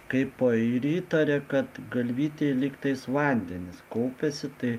kaipo ir įtarė kad galvytėj lyg tais vandenys kaupiasi tai